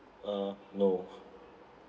uh no